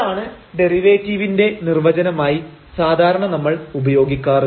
ഇതാണ് ഡെറിവേറ്റീവിന്റെ നിർവചനമായി സാധാരണ നമ്മൾ ഉപയോഗിക്കാറ്